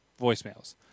voicemails